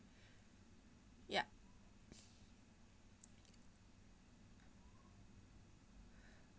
ya